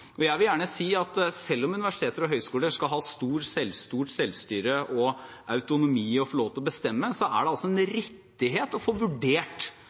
Jeg vil gjerne si at selv om universiteter og høyskoler skal ha stor grad av selvstyre og autonomi og få lov til å bestemme selv, er det en rettighet å få vurdert